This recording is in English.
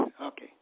okay